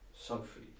Sophie